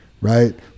right